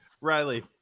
Riley